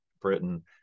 britain